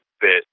bit